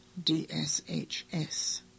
DSHS